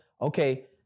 Okay